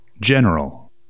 general